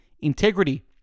integrity